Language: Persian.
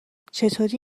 چطوری